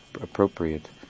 appropriate